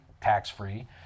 Tax-free